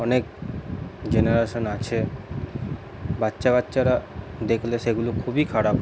অনেক জেনারেশান আছে বাচ্চা বাচ্চারা দেখলে সেগুলো খুবই খারাপ